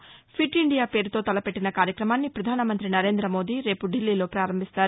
fit India పేరుతో తలపెట్టిన కార్యక్రమాన్ని ప్రధానమంత్రి నరేంద్రమోదీ రేపు దిల్లీలో పారంభిస్తారు